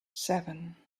seven